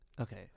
Okay